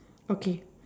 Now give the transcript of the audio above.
okay